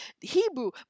Hebrew